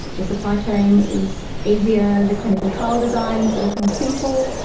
the supply chain is easier, the clinical trial designs are more simple.